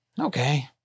okay